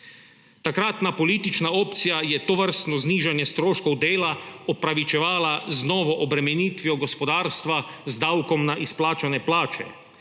Takratna politična opcija je tovrstno znižanje stroškov dela opravičevala z novo obremenitvijo gospodarstva z davkom na izplačane plače.